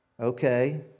Okay